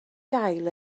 gael